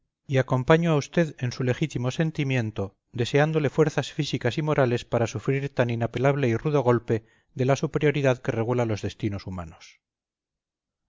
y acompaño a usted en su legítimo sentimiento deseándole fuerzas físicas y morales para sufrir tan inapelable y rudo golpe de la superioridad que regula los destinos humanos